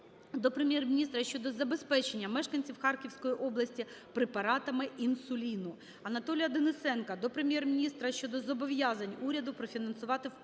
Анатолія Денисенка